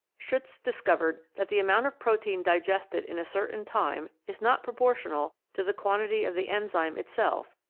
schutz discovered that the amount of protein digested in a certain time is not proportional to the quantity of the enzyme itself,